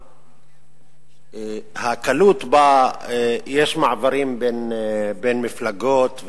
הקלות שבה יש מעברים בין מפלגות,